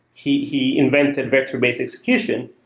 he he invented vector-based execution.